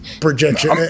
projection